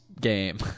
game